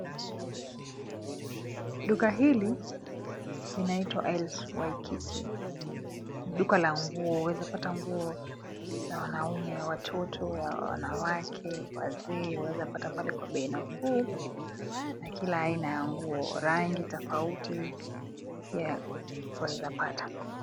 Duka hili linaitwa LC Waikiki . Ni duka la nguo, unaweza pata nguo za wanaume, waa toto, ywanawake, wazee. Unaweza pata pale kwa bei nafuu na kila aina ya nguo, rangi tofauti. Unaweza pata.